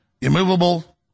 immovable